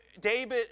David